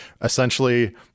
essentially